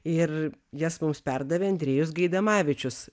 ir jas mums perdavė andrejus gaidamavičius